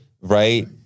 right